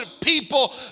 people